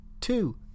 two